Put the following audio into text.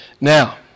Now